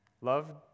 Love